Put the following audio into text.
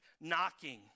knocking